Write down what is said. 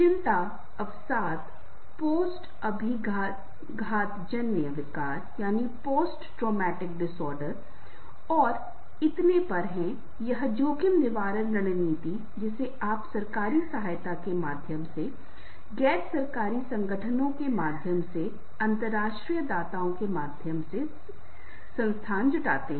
चिंता अवसाद पोस्ट अभिघातजन्य विकार और इतने पर है यह जोखिम निवारण रणनीति जिसे आप सरकारी सहायता के माध्यम से गैर सरकारी संगठनों के माध्यम से अंतर्राष्ट्रीय दाताओं के माध्यम से संसाधन जुटाते हैं